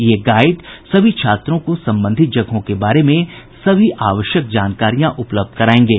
ये गाईड सभी छात्रों को संबंधित जगहों के बारे में सभी आवश्यक जानकारियां उपलब्ध करायेंगे